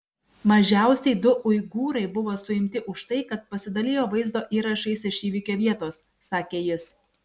mažiausiai du uigūrai buvo suimti už tai kad pasidalijo vaizdo įrašais iš įvykio vietos sakė jis